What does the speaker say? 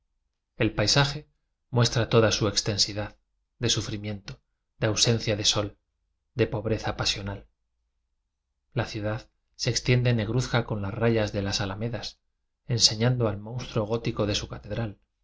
el paisaje muestra toda su intensidad de su frimiento de ausencia de sol de pobreza pasional la ciudad se extiende negruzca con las rayas de las alamedas enseñando al monstruo gótico de su catedral